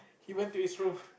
he went to his room